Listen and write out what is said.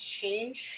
change